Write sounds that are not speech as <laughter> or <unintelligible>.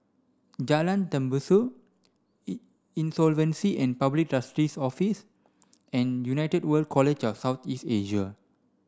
Jalan Tembusu <unintelligible> Insolvency and Public Trustee's Office and United World College of South East Asia